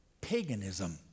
paganism